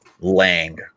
Lang